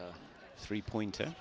a three pointer